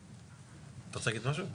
אתה רוצה להוסיף משהו?